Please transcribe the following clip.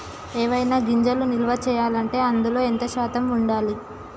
ఏవైనా గింజలు నిల్వ చేయాలంటే అందులో ఎంత శాతం ఉండాలి?